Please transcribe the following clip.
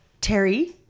Terry